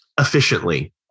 efficiently